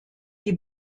die